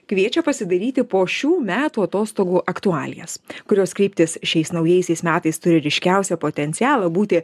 kviečia pasidairyti po šių metų atostogų aktualijas kurios kryptys šiais naujaisiais metais turi ryškiausią potencialą būti